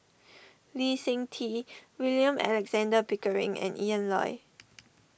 Lee Seng Tee William Alexander Pickering and Ian Loy